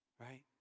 right